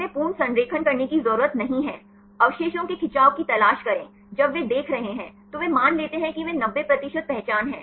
उन्हें पूर्ण संरेखण करने की ज़रूरत नहीं है अवशेषों के खिंचाव की तलाश करें जब वे देख रहे हैं तो वे मान लेते हैं कि वे 90 पहचान हैं